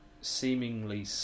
seemingly